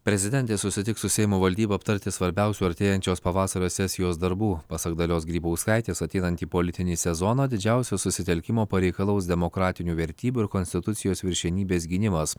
prezidentė susitiks su seimo valdyba aptarti svarbiausių artėjančios pavasario sesijos darbų pasak dalios grybauskaitės ateinantį politinį sezoną didžiausio susitelkimo pareikalaus demokratinių vertybių ir konstitucijos viršenybės gynimas